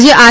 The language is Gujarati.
આજે આર